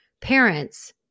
parents